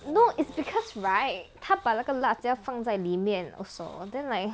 no is because right 她把那个辣椒放在里面 also then like